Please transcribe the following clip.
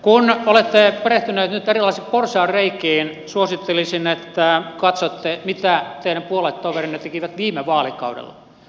kun olette perehtynyt nyt erilaisiin porsaanreikiin suosittelisin että katsotte mitä teidän puoluetoverinne tekivät viime vaalikaudella